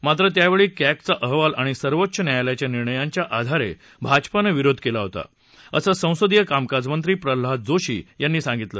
मात्र त्यावेळी कॅगघा अहवाल आणि सर्वोच्च न्यायालयाच्या निर्णयांच्या आधारे भाजपानं विरोध केला होता असं संसदीय कामकाजमंत्री प्रल्हाद जोशी यांनी सांगितलं